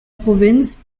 provinz